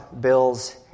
Bill's